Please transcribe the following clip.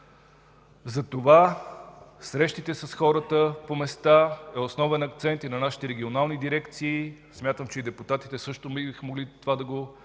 Затова срещите с хората по места са основен акцент и на нашите регионални дирекции. Смятам, че и депутатите биха могли да